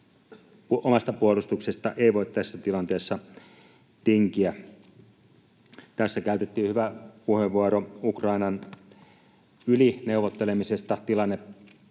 Omasta puolustuksesta ei voi tässä tilanteessa tinkiä. Tässä käytettiin hyvä puheenvuoro Ukrainan yli neuvottelemisesta. Tilanne